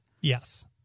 Yes